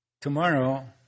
tomorrow